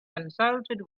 consulted